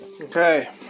Okay